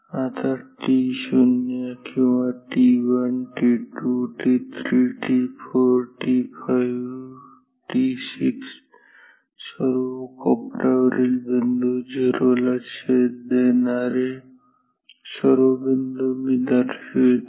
आता t0 किंवा t1 t2 t3 t4 t5 t6 सर्व कोपर्यावरील बिंदु 0 ला छेद देणारे सर्व बिंदु मी दर्शवितो